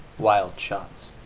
wild shots